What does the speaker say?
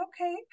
okay